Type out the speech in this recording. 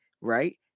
right